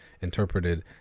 interpreted